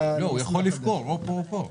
הוא יכול לבחור או כאן או כאן.